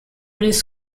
this